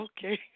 Okay